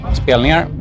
spelningar